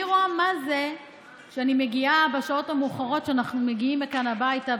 אני רואה מה זה שאני מגיעה בשעות המאוחרות שאנחנו מגיעים מכאן הביתה.